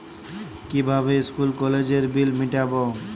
কিভাবে স্কুল কলেজের বিল মিটাব?